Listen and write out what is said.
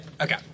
Okay